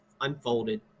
unfolded